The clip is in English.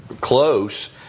close